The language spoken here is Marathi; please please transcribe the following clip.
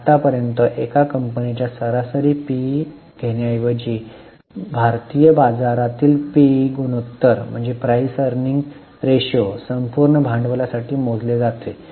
आतापर्यंत एका कंपनीच्या सरासरी पीई घेण्याऐवजी भारतीय बाजारातील पीई गुणोत्तर संपूर्ण भांडवलासाठी मोजले जाते